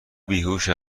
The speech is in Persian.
بیهوش